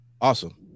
Awesome